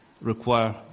require